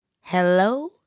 Hello